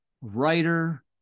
writer